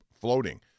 floating